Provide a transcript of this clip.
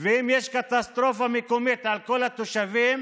ואם יש קטסטרופה מקומית לכל התושבים